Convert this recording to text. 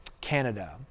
Canada